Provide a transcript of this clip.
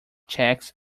checks